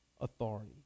authority